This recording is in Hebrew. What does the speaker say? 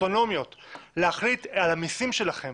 אוטונומיות להחליט על המיסים שלכן